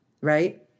right